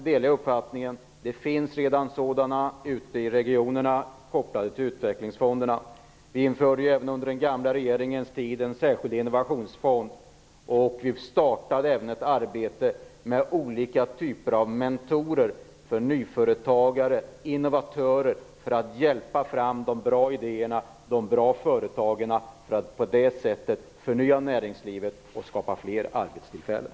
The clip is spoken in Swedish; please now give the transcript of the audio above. delar jag uppfattningen att det redan finns sådana ute i regionerna kopplade till utvecklingsfonderna. Även under den gamla regeringens tid infördes en särskild innovationsfond. Vi startade även ett arbete med olika typer av mentorer för nyföretagare, innovatörer för att hjälpa fram de bra idéerna och de bra företagen för att därigenom förnya arbetslivet och skapa fler arbetstillfällen.